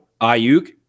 Ayuk